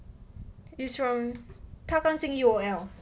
he's from 他刚进 U_O_L